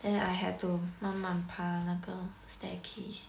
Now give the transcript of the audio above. then I had to 慢慢爬那个 staircase